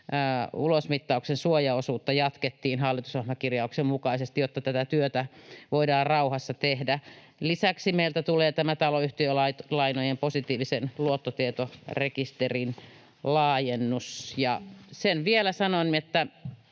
ulosmittauksen suojaosuutta jatkettiin hallitusohjelmakirjauksen mukaisesti, jotta tätä työtä voidaan rauhassa tehdä. Lisäksi meiltä tulee tämä taloyhtiölainojen positiivisen luottotietorekisterin laajennus. Ja sen vielä sanon, että